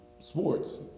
sports